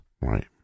right